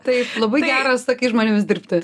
taip labai gera su tokiais žmonėmis dirbti